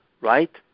right